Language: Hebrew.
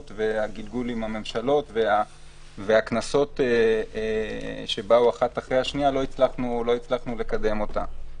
והגלגול עם הממשלות והקנסות שבאו לא הצלחנו לקדם אותו.